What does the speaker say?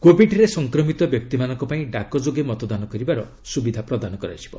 କୋବିଡରେ ସଂକ୍ରମିତ ବ୍ୟକ୍ତିମାନଙ୍କ ପାଇଁ ଡାକ ଯୋଗେ ମତଦାନ କରିବାର ସୁବିଧା ପ୍ରଦାନ କରାଯିବ